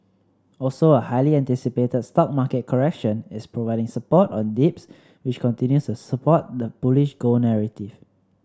also a highly anticipated stock market correction is providing support on dips which continues to support the bullish gold narrative